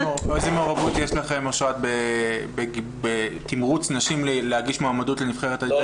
איזו מעורבות יש לכם בתמרוץ נשים להגיש מועמדות לנבחרת --- לא,